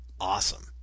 awesome